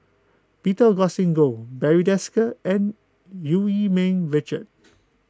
Peter Augustine Goh Barry Desker and Eu Yee Ming Richard